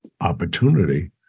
opportunity